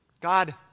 God